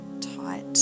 tight